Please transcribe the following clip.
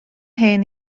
hen